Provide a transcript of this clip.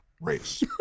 race